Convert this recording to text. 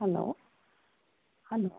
hello hello